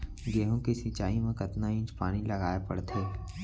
गेहूँ के सिंचाई मा कतना इंच पानी लगाए पड़थे?